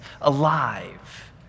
alive